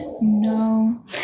No